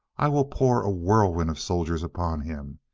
i will pour a whirlwind of soldiers upon him,